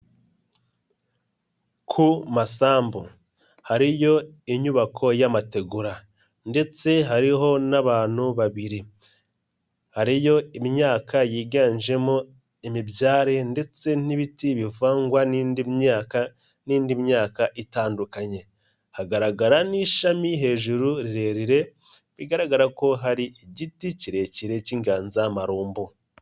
Ku masambu hariyo inyubako y'amategura ndetse hariho n'abantu babiri, hariyo imyaka yiganjemo imibyare ndetse n'ibiti bivangwa n'indi myaka n'indi myaka itandukanye, hagaragara n'ishami hejuru rirerire, bigaragara ko hari igiti kirekire cy'inganza marumbo.